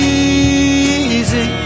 easy